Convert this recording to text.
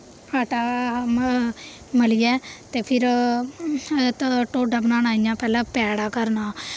आटा म मलियै ते फिर ढोडा बनाना इ'यां पैह्लें पैड़ा करना